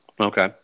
Okay